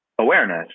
awareness